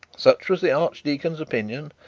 such was the archdeacon's opinion,